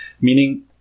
meaning